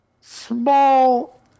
small